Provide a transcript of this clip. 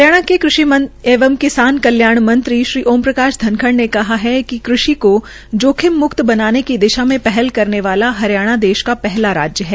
हरियाणा के कृषि एवं किसान कल्याण मंत्री श्री ओम प्रकाश धनखड़ ने कहा कि कृषि किसानों को जोखिम मुक्त बनाने के दिशा में पहल करने वाला हरियाणा देश का पहला राज्य है